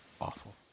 awful